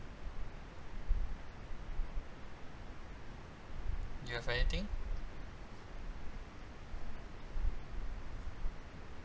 you have anything